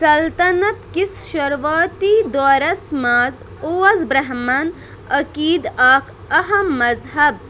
سَلطنَت کِس شروٗعاتی دورس منٛز اوس برہمَن عٔقیٖدٕ اَکھ اَہم مذہَب